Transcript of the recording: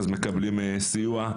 אז מקבלים סיוע.